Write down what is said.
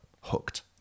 hooked